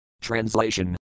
Translation